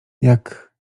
jak